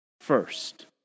first